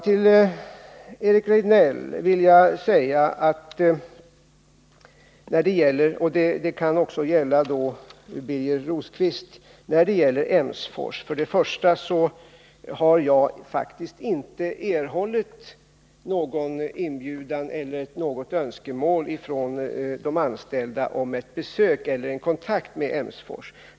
Till Eric Rejdnell vill jag säga — det kan också gälla Birger Rosqvist att jag faktiskt inte erhållit någon inbjudan eller något önskemål från de anställda om ett besök eller en kontakt med Emsfors.